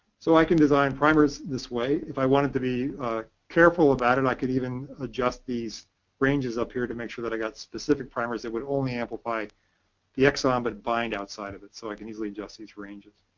so i can design primers this way. if i wanted to be careful about it, i could even adjust these ranges up here to make sure that i got specific primers that would only amplify the exon by but bind outside of it, so i can easily adjust these ranges.